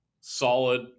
solid